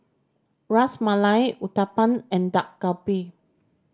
Ras Malai Uthapam and Dak Galbi